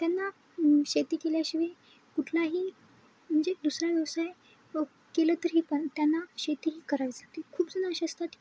त्यांना शेती केल्याशिवाय कुठलाही म्हणजे दुसरा व्यवसाय केलं तरीही पण त्यांना शेतीही करायला जाते खूपच नाश असतात